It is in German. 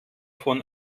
von